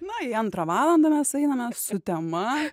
na į antrą valandą mes einame su tema